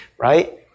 right